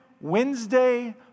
Wednesday